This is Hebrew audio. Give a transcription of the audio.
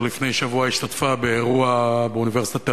לפני שבוע היא השתתפה באירוע באוניברסיטת תל-אביב,